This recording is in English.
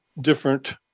different